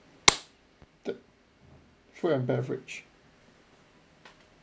the food and beverage